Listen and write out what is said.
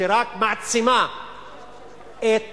שרק מעצימה את